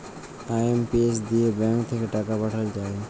IMPS দিয়ে bank থাক্যে টাকা পাঠাল যায়